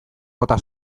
bota